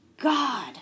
God